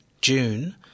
June